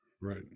Right